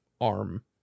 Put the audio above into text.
arm